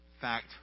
fact